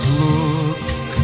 look